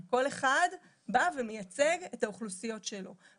כל אחד בא ומייצג את האוכלוסיות שלו.